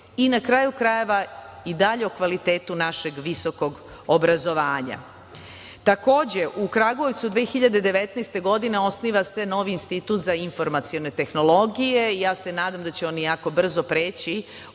i, na kraju krajeva, i dalje o kvalitetu našeg visokog obrazovanja. Takođe, u Kragujevcu 2019. godine osniva se novi Institut za informacione tehnologije. Nadam se da će oni jako brzo preći